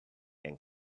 and